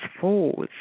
falls